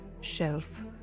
shelf